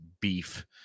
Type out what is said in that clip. beef